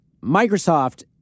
Microsoft